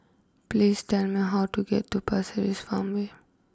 please tell me how to get to Pasir Ris Farmway